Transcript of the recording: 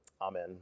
Amen